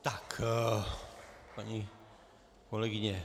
Tak, paní kolegyně.